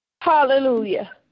Hallelujah